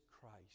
Christ